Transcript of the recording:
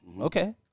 okay